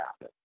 happen